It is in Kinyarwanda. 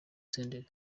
senderi